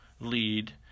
lead